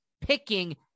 picking